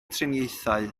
triniaethau